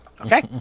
okay